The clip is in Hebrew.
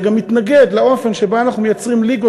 אני גם מתנגד לאופן שבו אנחנו מייצרים ליגות